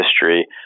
history